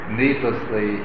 needlessly